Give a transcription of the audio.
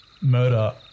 murder